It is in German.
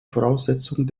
voraussetzungen